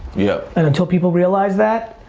yeah. and until people realize that,